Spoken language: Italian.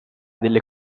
delle